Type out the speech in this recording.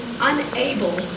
unable